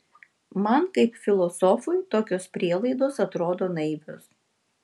man kaip filosofui tokios prielaidos atrodo naivios